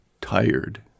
tired